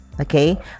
Okay